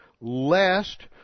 lest